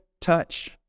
touch